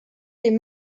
les